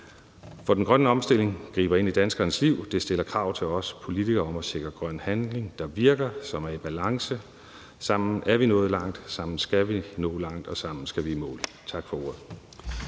For den grønne omstilling griber ind i danskernes liv, og det stiller krav til os politikere om at sikre grøn handling, der virker, og som er i balance. Sammen er vi nået langt, sammen skal vi nå langt, og sammen skal vi i mål. Tak for ordet.